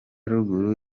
ruguru